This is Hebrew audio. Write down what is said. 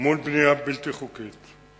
מול בנייה בלתי חוקית.